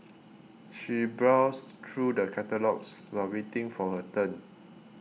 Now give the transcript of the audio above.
she browsed through the catalogues while waiting for her turn